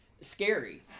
scary